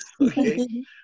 Okay